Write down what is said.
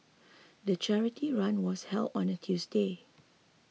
the charity run was held on a Tuesday